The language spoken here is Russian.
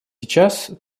сейчас